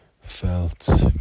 felt